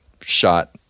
shot